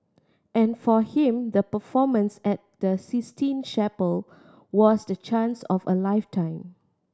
and for him the performance at the Sistine Chapel was the chance of a lifetime